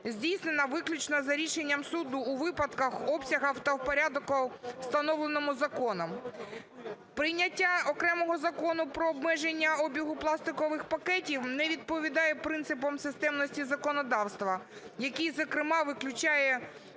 здійснена виключно за рішенням суду у випадках обсягів та у порядку, встановленому законом. Прийняття окремого Закону про обмеження обігу пластикових пакетів не відповідає принципу системності законодавства, який зокрема виключає